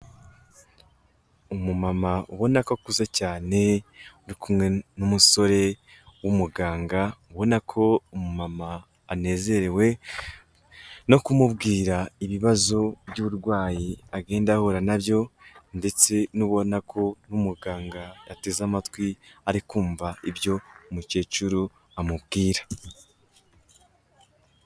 Umumama ubona ko akuze cyane uri kumwe n'umusore w'umuganga ubona ko umumama anezerewe no kumubwira ibibazo by'uburwayi agenda ahura nabyo ,ndetse unabona ko n'umuganga ateze amatwi ari kumvamva ibyo umukecuru amubwira.